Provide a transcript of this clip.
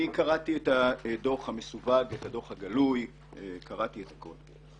קראתי את הדוח המסווג ואת הדוח הגלוי קראתי את הכול.